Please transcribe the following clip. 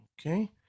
Okay